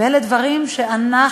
ואלה דברים שאנחנו,